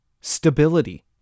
stability